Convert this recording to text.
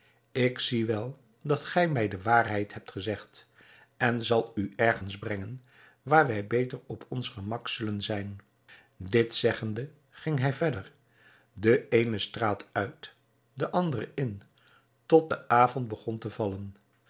ik zie wel dat gij mij de waarheid hebt gezegd en zal u ergens brengen waar wij beter op ons gemak zullen zijn dit zeggende ging hij verder de eene straat uit de andere in tot de avond begon te vallen